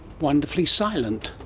wonderfully silent.